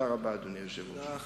אדוני היושב-ראש, תודה רבה.